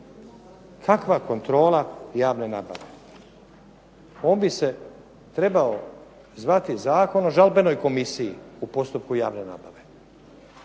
Kakva kontrola javne nabave? On bi se trebao zvati zakon o žalbenoj komisiji u postupku javne nabave,